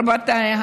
רבותיי,